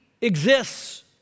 exists